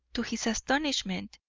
to his astonishment,